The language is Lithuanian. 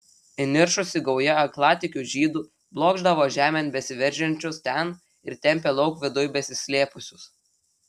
įniršusi gauja aklatikių žydų blokšdavo žemėn besiveržiančius ten ir tempė lauk viduj pasislėpusius